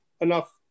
enough